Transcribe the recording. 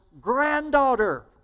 granddaughter